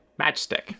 Matchstick